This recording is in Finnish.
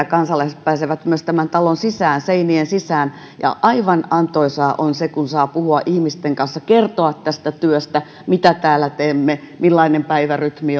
kansalaiset pääsevät myös tämän talon sisään seinien sisään aivan antoisaa on se kun saa puhua ihmisten kanssa kertoa tästä työstä mitä täällä teemme millainen päivärytmi